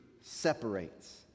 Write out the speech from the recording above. separates